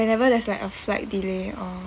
whenever there's like a flight delay or